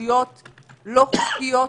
מעודדת דיונים נוספים